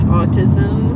autism